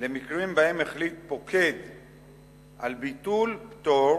למקרים שבהם החליט פוקד על ביטול פטור